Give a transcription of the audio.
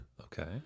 Okay